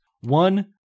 One